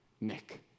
Nick